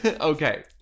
Okay